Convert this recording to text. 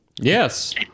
Yes